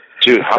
Dude